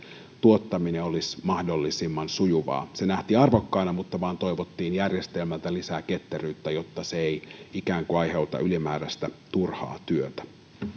tuottaminen olisi mahdollisimman sujuvaa se nähtiin arvokkaana mutta järjestelmältä toivottiin vain lisää ketteryyttä jotta se ei ikään kuin aiheuta ylimääräistä turhaa työtä